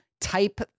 type